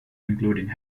including